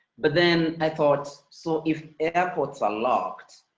but then i thought, so if airports are locked,